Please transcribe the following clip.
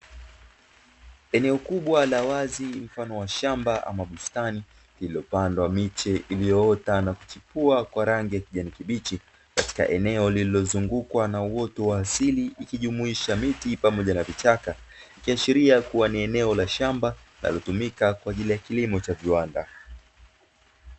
Eneo kubwa la wazi mfano wa shamba ama bustani lililopandwa miche iliyoota na kuchipua kwa rangi ya kijani kibichi, katika eneo lililozungukwa na uoto wa asili likijumuisha miti pamoja na vichaka ikiashiria kuwa ni eneo la shamba linalotumika kwa ajili ya kilimo cha kiviwanda.